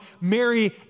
Mary